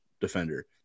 defender